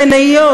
במניות,